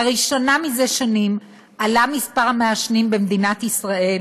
לראשונה זה שנים עלה מספר המעשנים במדינת ישראל,